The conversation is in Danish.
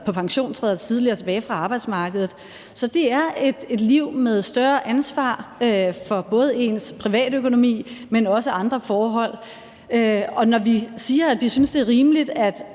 på pension og træder tidligere tilbage fra arbejdsmarkedet. Så det er et liv med større ansvar for både ens privatøkonomi, men også andre forhold. Hvis man efter at have haft sine 2